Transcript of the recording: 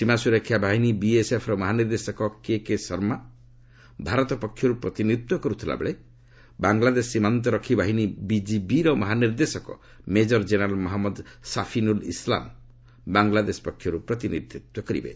ସୀମା ସୁରକ୍ଷା ବାହିନୀ ବିଏସ୍ଏଫ୍ ର ମହାନିର୍ଦ୍ଦେଶକ କେକେ ଶର୍ମା ଭାରତ ପକ୍ଷରୁ ପ୍ରତିନିଧିତ୍ୱ କର୍ତ୍ରିଥିବା ବେଳେ ବାଂଲାଦେଶ ସୀମାନ୍ତରକ୍ଷୀ ବାହିନୀ ବିଜିବି ର ମହାନିର୍ଦ୍ଦେଶକ ମେଜର ଜେନେରାଲ୍ ମହମ୍ମଦ ସାଫିନୁଲ୍ ଇସ୍ଲାମ୍ ବାଂଲାଦେଶ ପକ୍ଷରୁ ପ୍ରତିନିଧିତ୍ୱ କରିବେ